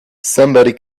somebody